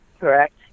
Correct